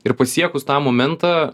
ir pasiekus tą momentą